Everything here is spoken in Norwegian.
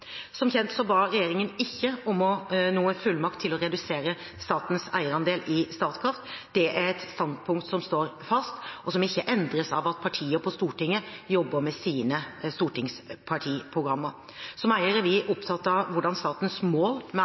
Som kjent ba regjeringen ikke om noen fullmakt til å redusere statens eierandel i Statkraft. Det er et standpunkt som står fast, og som ikke endres av at partier på Stortinget jobber med sine stortingsprogrammer. Som eier er vi opptatt av hvordan statens mål med